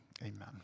Amen